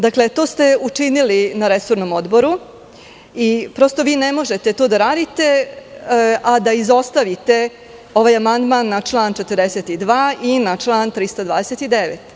Dakle, to ste učinili na resornom odboru i vi ne možete to da radite, a da izostavite ovaj amandman na član 42. i na član 329.